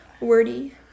wordy